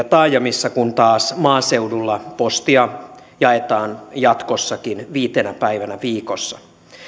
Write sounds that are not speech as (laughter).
(unintelligible) taajamissa kun taas maaseudulla postia jaetaan jatkossakin viitenä päivänä viikossa